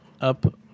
up